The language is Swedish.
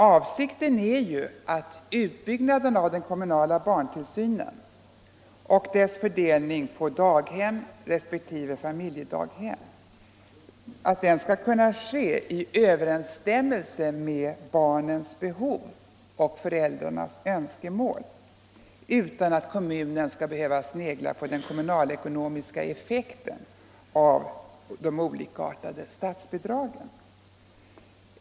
Avsikten är att utbyggnaden av den kommunala barntillsynen och dess fördelning på daghem resp. familjedaghem skall kunna ske i överensstämmelse med barnens behov och föräldrarnas önskemål utan att kommunen skall behöva snegla på den kommunalekonomiska ef fekten av de olikartade statsbidragen.